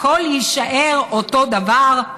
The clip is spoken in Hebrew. הכול יישאר אותו דבר?